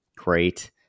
great